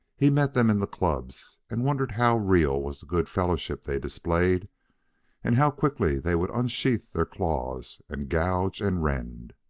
he met them in the clubs, and wondered how real was the good-fellowship they displayed and how quickly they would unsheathe their claws and gouge and rend.